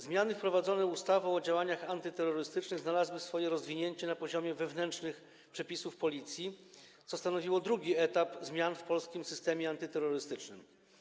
Zmiany wprowadzone ustawą o działaniach antyterrorystycznych znalazły swoje rozwinięcie na poziomie wewnętrznych przepisów Policji, co stanowiło drugi etap zmian w polskim systemie antyterrorystycznym.